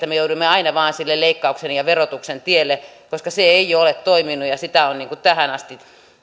me joudumme aina vain sille leikkauksen ja verotuksen tielle koska se ei ole toiminut ja ja sitä ovat tähän asti